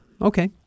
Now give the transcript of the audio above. Okay